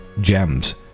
gems